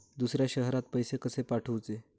दुसऱ्या शहरात पैसे कसे पाठवूचे?